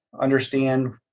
understand